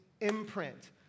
imprint